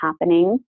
happening